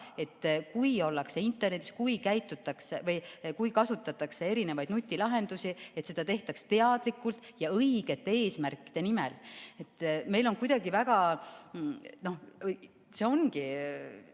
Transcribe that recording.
et kui ollakse internetis, kui kasutatakse erinevaid nutilahendusi, siis seda tehtaks teadlikult ja õigete eesmärkide nimel. See ongi nii, me oleme